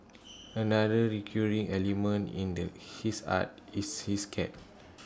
another recurring element in the his art is his cat